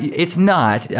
it's not. yeah